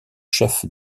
chefs